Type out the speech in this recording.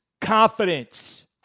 confidence